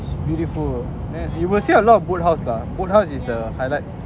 it's beautiful and you will see a lot of boat house lah boat house is the highlight